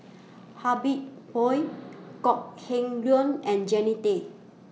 Habib Noh Kok Heng Leun and Jannie Tay